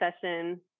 session